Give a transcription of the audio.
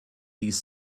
dies